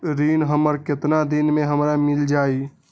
ऋण हमर केतना दिन मे हमरा मील जाई?